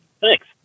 thanks